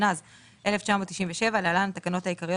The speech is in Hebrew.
התשנ"ז 1997 (להלן, התקנות העיקריות),